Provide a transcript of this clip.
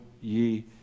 ye